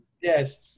Yes